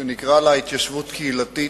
שנקרא לה התיישבות קהילתית,